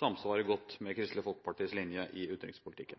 samsvarer godt med Kristelig Folkepartis linje i utenrikspolitikken.